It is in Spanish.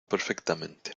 perfectamente